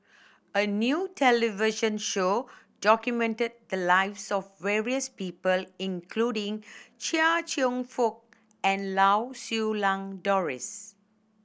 a new television show documented the lives of various people including Chia Cheong Fook and Lau Siew Lang Doris